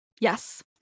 Yes